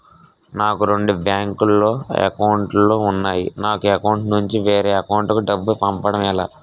నాకు రెండు బ్యాంక్ లో లో అకౌంట్ లు ఉన్నాయి ఒక అకౌంట్ నుంచి వేరే అకౌంట్ కు డబ్బు పంపడం ఎలా?